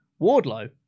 Wardlow